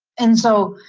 and so,